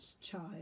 child